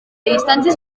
distància